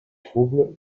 trouble